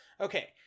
Okay